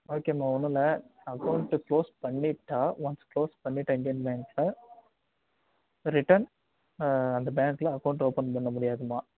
ஓகேம்மா ஒன்னும்ல account close பண்ணிவிட்டா ஒன்ஸ் க்ளோஸ் பண்ணிவிட்டா இந்தியன் பேங்க்கில் ரிட்டன் அந்த பேங்க்கில் அக்கோண்ட் ஓபன் பண்ண முடியாதும்மா